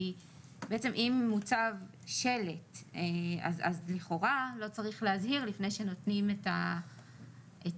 בעצם אם מוצב שלט אז לכאורה לא צריך להזהיר לפני שנותנים את הקנס,